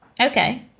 okay